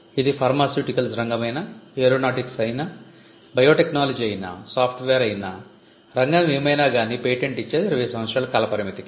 ఇది ఫార్మాస్యూటికల్స్ రంగమైనా ఏరోనాటిక్స్ అయినా బయోటెక్నాలజీ అయినా సాఫ్ట్ వేర్ అయినా రంగం ఏమైనా గానీ పేటెంట్ ఇచ్చేది 20 సంవత్సరాల కాల పరిమితికే